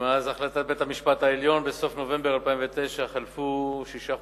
מאז החלטת בית-המשפט העליון בסוף נובמבר 2009 חלפו שישה חודשים,